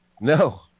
No